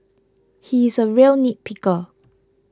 he is a real nitpicker